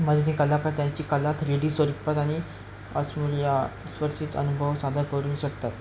म्हणजे ते कलाकार त्यांची कला थ्री डी स्वरूपात आणि अनुभव सादर करू शकतात